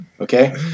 Okay